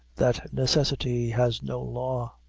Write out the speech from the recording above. that necessity has no law.